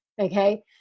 Okay